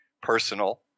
personal